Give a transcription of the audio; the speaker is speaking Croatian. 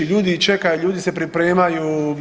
Ljudi čekaju, ljudi se pripremaju.